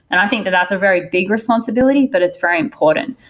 and i think that that's a very big responsibility, but it's very important.